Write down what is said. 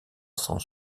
sans